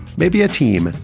maybe a team.